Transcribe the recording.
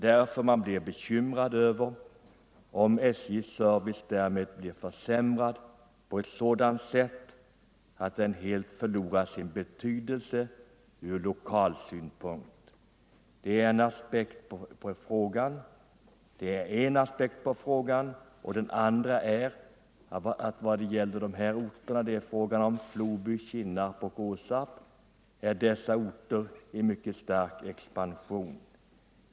Det finns anledning till oro för att SJ:s service därmed försämras på ett sådant sätt att den rälsbundna trafiken helt förlorar sin betydelse på det lokala planet. Detta är en aspekt på frågan. En annan är att de orter det är fråga om — Floby, Kinnarp och Åsarp — befinner sig i mycket stark expansion.